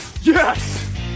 Yes